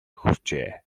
хүрчээ